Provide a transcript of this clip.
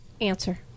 Answer